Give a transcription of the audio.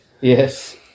Yes